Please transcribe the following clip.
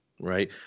right